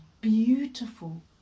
beautiful